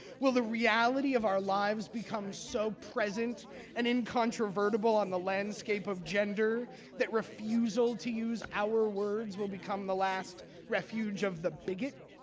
will the reality of our lives become so present and incontrovertible on the landscape of gender that refusal to use our words will become the last refuge of the bigot?